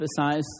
emphasize